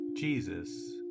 Jesus